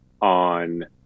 on